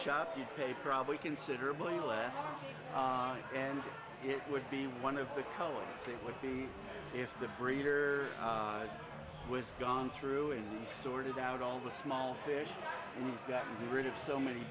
shops you'd pay probably considerably less and it would be one of the colors that would be if the breeder was gone through a sorted out all the small fish you've gotten rid of so many